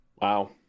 Wow